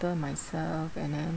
myself and then